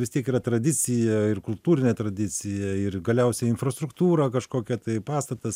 vis tiek yra tradicija ir kultūrinė tradicija ir galiausiai infrastruktūra kažkokia tai pastatas